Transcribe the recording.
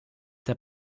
der